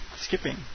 skipping